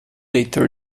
leitor